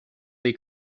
they